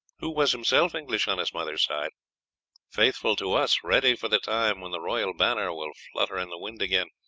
who was himself english on his mother's side faithful to us, ready for the time when the royal banner will flutter in the wind again,